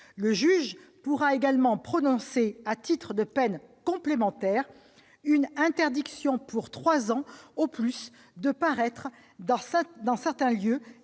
Le juge pourra également prononcer à titre de peine complémentaire une interdiction pour trois ans au plus de paraître dans certains lieux